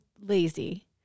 lazy